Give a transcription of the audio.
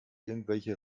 irgendwelche